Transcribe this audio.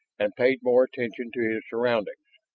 and paid more attention to his surroundings.